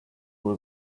who